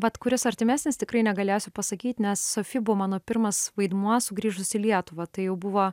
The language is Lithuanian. vat kuris artimesnis tikrai negalėsiu pasakyt nes sofi buvo mano pirmas vaidmuo sugrįžus į lietuvą tai jau buvo